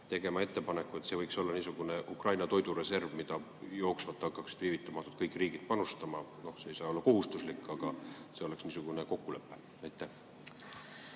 tegema ettepaneku, et võiks olla niisugune Ukraina toidureserv, kuhu jooksvalt hakkaksid viivitamatult kõik riigid panustama? See ei saa olla kohustuslik, aga see oleks niisugune kokkulepe. Aitäh!